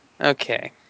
Okay